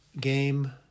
game